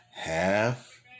half